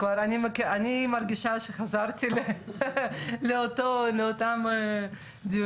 אני מרגישה שחזרתי לאותם דיונים.